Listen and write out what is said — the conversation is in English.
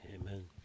Amen